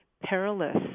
perilous